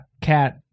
cat